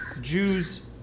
Jews